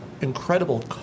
incredible